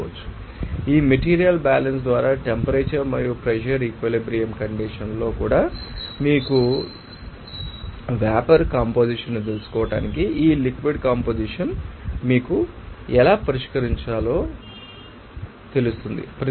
కాబట్టి ఈ material balance ద్వారా టెంపరేచర్ మరియు ప్రెషర్ ఈక్విలిబ్రియం కండిషన్ లో కూడా మీకు తెలుసని తెలుసుకోవడానికి వేపర్ కంపొజిషన్ మరియు లిక్విడ్ కంపొజిషన్ మీకు తెలుసని ఎలా పరిష్కరించాలో మీకు తెలుసని నేను అర్థం చేసుకున్నాను